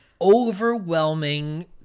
overwhelming